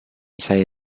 say